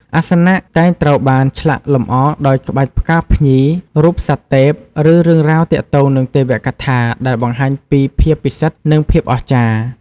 អាសនៈតែងត្រូវបានឆ្លាក់លម្អដោយក្បាច់ផ្កាភ្ញី រូបសត្វទេព ឬរឿងរ៉ាវទាក់ទងនឹងទេវកថា ដែលបង្ហាញពីភាពពិសិដ្ឋ និងភាពអស្ចារ្យ។